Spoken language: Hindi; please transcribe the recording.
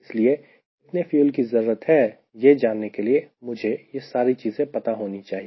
इसलिए कितने फ्यूल की जरूरत है यह जानने के लिए मुझे यह सारी चीजें पता होनी चाहिए